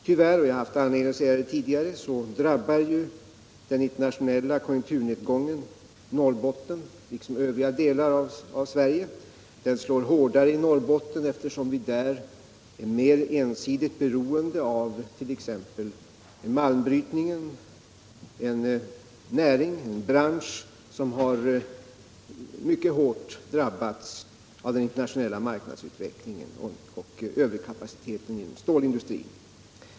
Tyvärr — jag har haft anledning att säga det tidigare — drabbar den internationella konjunkturnedgången Norrbotten liksom övriga delar av Sverige, men den slår ännu hårdare i Norrbotten, eftersom vi där är mer ensidigt beroende av t.ex. malmbrytningen — en bransch som har drabbats mycket hårt av den internationella marknadsutvecklingen och överkapaciteten inom stålindustrin.